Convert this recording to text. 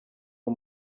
uwo